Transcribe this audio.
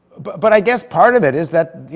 but but i guess part of it is that,